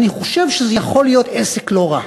אני חושב שזה יכול להיות עסק לא רע.